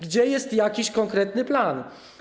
Gdzie jest jakiś konkretny plan?